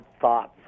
thoughts